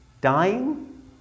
Dying